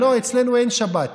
לא, אצלנו אין שבת.